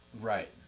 Right